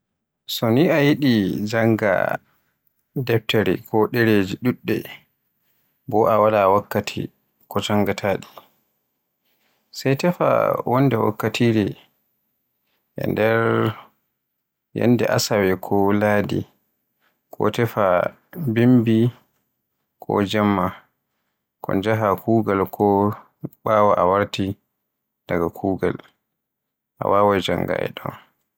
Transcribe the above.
So mi a yiɗi jannga deftere ko ɗereji ɗuɗɗe bo a wala wakkati jannde nden, sai tefa wonde wakkati nder ñyalde asawe ko lahdi. Ko tefa bimbi ko jemma ko njaha kuugal ko ɓawon a warti daga kuugal a waawai jannga e ton.